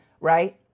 right